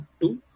two